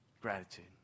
Gratitude